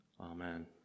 Amen